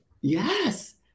Yes